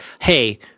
hey